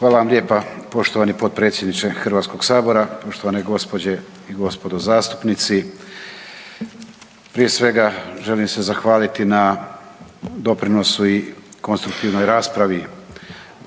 Hvala vam lijepa poštovani potpredsjedniče Hrvatskog sabora. Poštovane gospođe i gospodo zastupnici, prije svega želim se zahvaliti na doprinosu i konstruktivnoj raspravi,